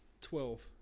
Twelve